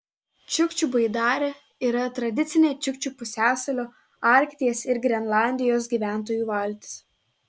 čiukčių baidarė yra tradicinė čiukčių pusiasalio arkties ir grenlandijos gyventojų valtis